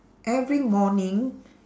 every morning